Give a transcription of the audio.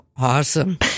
Awesome